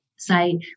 say